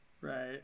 Right